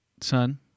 son